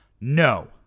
no